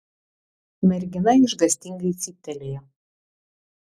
mergina išgąstingai cyptelėjo